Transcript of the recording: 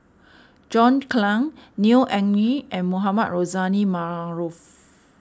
John Clang Neo Anngee and Mohamed Rozani Maarof